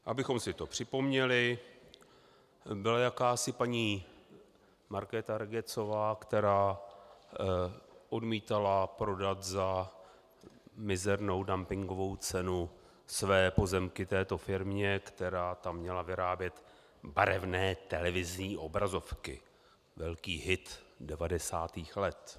Abychom si to připomněli, byla jakási paní Markéta Regecová, která odmítala prodat za mizernou dumpingovou cenu své pozemky této firmě, která tam měla vyrábět barevné televizní obrazovky velký hit 90. let.